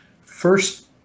first